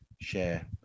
share